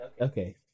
Okay